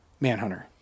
Manhunter